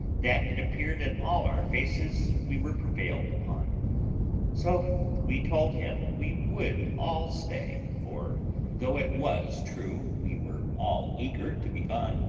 that it appeared in all our faces we were prevailed upon so we told him we would all stay for though it was true we were all eager to be gone,